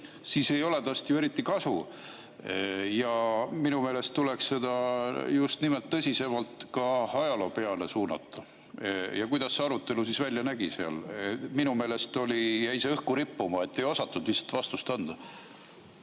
siis ei ole tast ju eriti kasu. Minu meelest tuleks seda just nimelt tõsisemalt ka ajaloo peale suunata. Kuidas see arutelu siis välja nägi? Minu meelest jäi see õhku rippuma, ei osatud lihtsalt vastust anda.